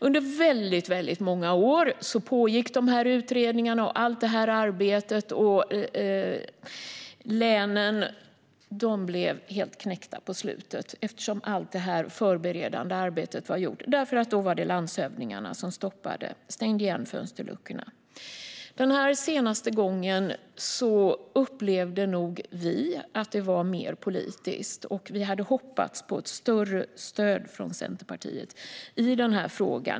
Under många år pågick dessa utredningar och allt detta arbete, och länen blev på slutet helt knäckta. Allt det förberedande arbetet var gjort, men landshövdingarna stängde fönsterluckorna och stoppade. Den senaste gången upplevde nog vi att det var mer politiskt, och vi hade hoppats på ett större stöd från Centerpartiet i denna fråga.